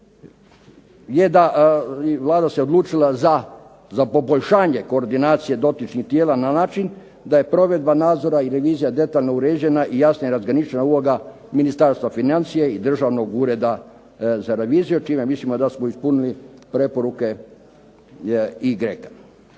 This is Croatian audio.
je da, Vlada se odlučila za poboljšanje koordinacije dotičnih tijela na način da je provedba nadzora i revizija detaljno uređena i jasnije razgraničena uloga Ministarstva financija i Državnog ureda za reviziju čime mislimo da smo ispunili preporuke i